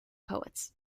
poets